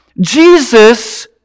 Jesus